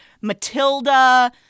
Matilda